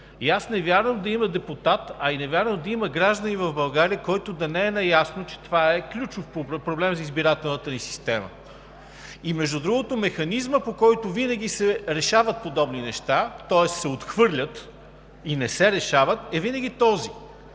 Аз не вярвам да има депутат, а не вярвам да има и гражданин в България, който да не е наясно, че това е ключов проблем за избирателната ни система. Механизмът, по който винаги се решават подобни неща, тоест се отхвърлят и не се решават, е винаги този.